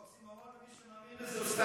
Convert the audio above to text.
זה אוקסימורון למי שמאמין בזה.